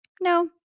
no